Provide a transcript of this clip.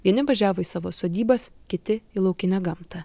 vieni važiavo į savo sodybas kiti į laukinę gamtą